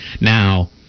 Now